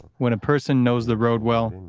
when a person knows the road well,